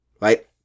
right